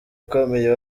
ukomeye